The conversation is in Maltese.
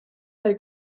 tal